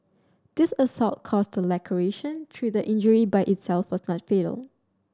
this assault caused a laceration though the injury by itself was not fatal